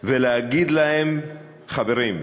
ולהגיד להם: חברים,